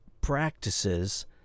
practices